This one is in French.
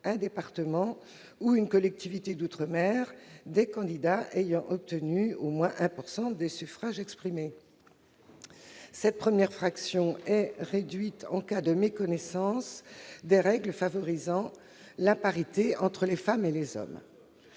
un département ou une collectivité d'outre-mer, des candidats ayant obtenu au moins 1 % des suffrages exprimés. Elle est réduite en cas de méconnaissance des règles favorisant la parité entre les femmes et les hommes.